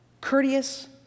courteous